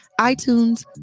itunes